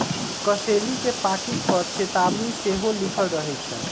कसेली के पाकिट पर चेतावनी सेहो लिखल रहइ छै